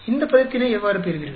இந்த பதத்தினை எவ்வாறு பெறுவீர்கள்